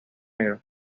negro